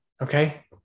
Okay